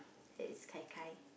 that is Gai Gai